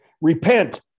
Repent